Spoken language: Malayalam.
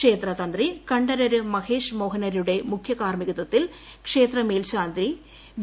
ക്ഷേത്രതന്ത്രി കണ്ഠരര് മഹേഷ് മോഹനരുടെ മുഖ്യകാർമ്മികത്വത്തിൽ ക്ഷേത്ര മേൽശാന്തി വി